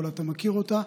אבל אתה מכיר אותה.